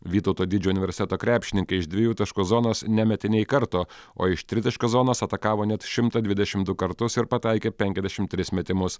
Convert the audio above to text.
vytauto didžiojo universiteto krepšininkai iš dviejų taškų zonos nemetė nei karto o iš tritaškio zonos atakavo net šimtą dvidešim du kartus ir pataikė penkiasdešim tris metimus